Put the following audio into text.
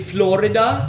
Florida